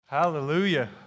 Hallelujah